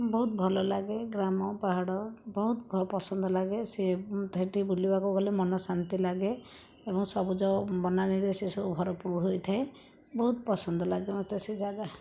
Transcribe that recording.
ବହୁତ ଭଲ ଲାଗେ ଗ୍ରାମ ପାହାଡ଼ ବହୁତ ପସନ୍ଦ ଲାଗେ ସିଏ ସେଠି ବୁଲିବାକୁ ଗଲେ ମନ ଶାନ୍ତି ଲାଗେ ଏବଂ ସବୁଜ ବନାନିରେ ସେସବୁ ଭରପୁର ହୋଇଥାଏ ବହୁତ ପସନ୍ଦ ଲାଗେ ମୋତେ ସେ ଜାଗା